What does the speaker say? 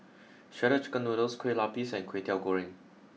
shredded chicken noodles Kueh lapis and Kwetiau Goreng